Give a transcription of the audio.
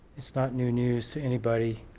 it's not new news to anybody.